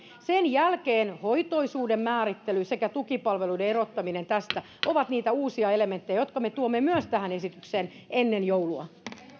sen jälkeen tulevat hoitoisuuden määrittely sekä tukipalveluiden erottaminen tästä ne ovat niitä uusia elementtejä jotka me myös tuomme tähän esitykseen ennen joulua